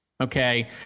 okay